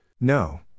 No